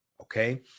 okay